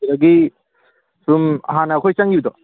ꯑꯗꯒꯤ ꯁꯨꯝ ꯍꯥꯟꯅ ꯑꯩꯈꯣꯏ ꯆꯪꯒꯤꯕꯗꯣ